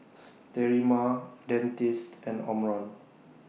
Sterimar Dentiste and Omron